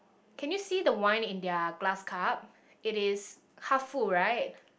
can you see the wine in they're glass cup it is half full right